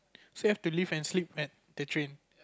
so you have to live and sleep at the train